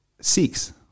Six